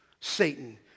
Satan